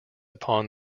upon